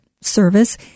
service